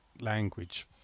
language